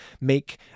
make